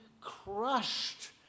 crushed